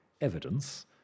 evidence